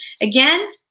Again